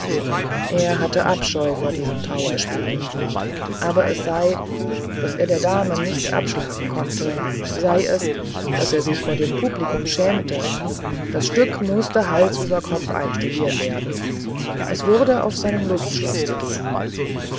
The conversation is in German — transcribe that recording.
er hatte abscheu vor diesem trauerspiel aber sei es daß er der dame nichts abschlagen mochte sei es daß er sich vor dem publikum schämte das stück mußte hals über kopf einstudiert werden es wurde auf seinem lustschloß gegeben